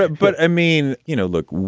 but but i mean, you know, look,